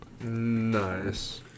nice